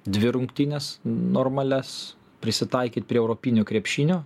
dvi rungtynes normalias prisitaikyt prie europinio krepšinio